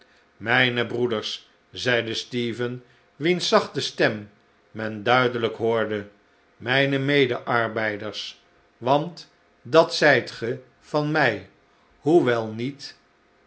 mijne broeders zeide stephen wiens zachte stem men duidelijk hoorde mijne medearbeiders want dat zijt ge van mij hoewel niet